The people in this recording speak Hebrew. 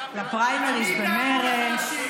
לפריימריז במרצ.